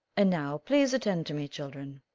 and now please attend to me, children.